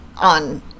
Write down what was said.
on